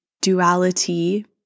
duality